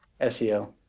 SEO